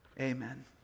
Amen